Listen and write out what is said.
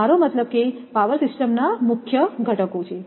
મારો મતલબ કે પાવર સિસ્ટમ્સના મુખ્ય ઘટકો છે